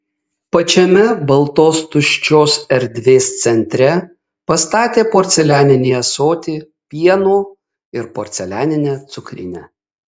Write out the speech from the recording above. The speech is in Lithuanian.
pačiame baltos tuščios erdvės centre pastatė porcelianinį ąsotį pieno ir porcelianinę cukrinę